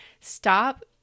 Stop